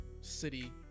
city